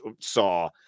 saw